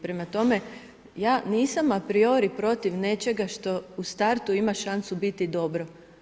Prema tome, ja nisam apriori protiv nečega što u startu ima šansu biti dobro.